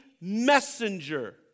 messenger